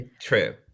True